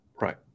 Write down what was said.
Right